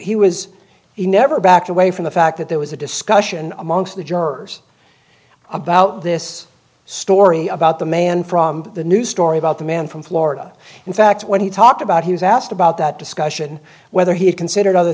he was he never backed away from the fact that there was a discussion amongst the jurors about this story about the man from the new story about the man from florida in fact when he talked about he was asked about that discussion whether he had considered other